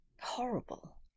horrible